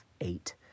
eight